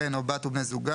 בן או בת ובני זוגם,